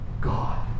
God